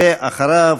ואחריו,